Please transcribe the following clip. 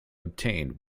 obtained